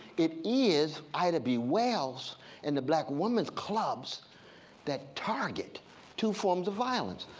it is ida b wells and the black women's clubs that target two forms of violence.